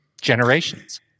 Generations